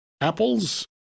apples